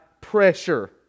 pressure